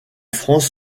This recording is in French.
france